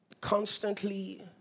constantly